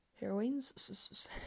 heroines